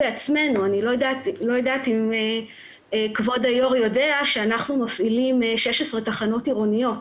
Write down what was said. אני לא יודעת אם כבוד היושב ראש יודע אנחנו מפעילים 16 תחנות עירוניות,